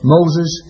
Moses